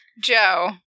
Joe